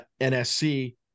NSC